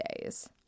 days